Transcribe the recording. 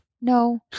No